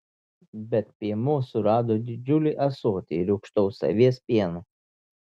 bet piemuo surado didžiulį ąsotį rūgštaus avies pieno